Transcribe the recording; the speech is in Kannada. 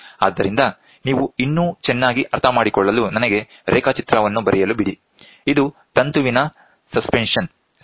ಆದ್ದರಿಂದ ನೀವು ಇನ್ನೂ ಚೆನ್ನಾಗಿ ಅರ್ಥಮಾಡಿಕೊಳ್ಳಲು ನನಗೆ ರೇಖಾಚಿತ್ರವನ್ನು ಬರೆಯಲು ಬಿಡಿ ಇದು ತಂತುವಿನ ಸಸ್ಪೆನ್ಶನ್ ಸರಿ